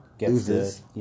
loses